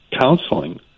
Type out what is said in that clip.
counseling